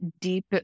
deep